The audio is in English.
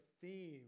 theme